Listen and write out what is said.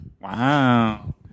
Wow